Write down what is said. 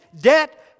Debt